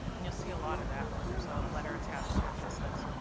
and you'll see a lot of that where there's a letter attached to it that says,